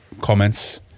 comments